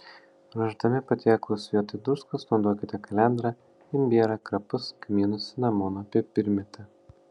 ruošdami patiekalus vietoj druskos naudokite kalendrą imbierą krapus kmynus cinamoną pipirmėtę